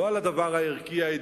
לא על הדבר הערכי-האידיאולוגי,